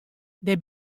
dêr